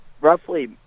roughly